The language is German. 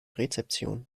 rezeption